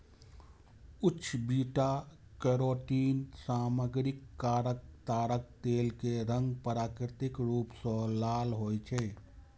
उच्च beta carotene सामग्रीक कारण ताड़क तेल के रंग प्राकृतिक रूप सं लाल होइ छै